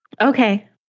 Okay